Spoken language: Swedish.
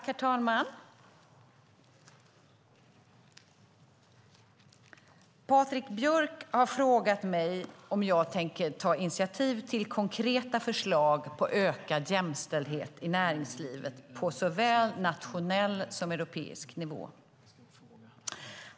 Herr talman! Patrik Björck har frågat mig om jag tänker ta initiativ till konkreta förslag på ökad jämställdhet i näringslivet på såväl nationell som europeisk nivå.